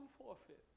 forfeit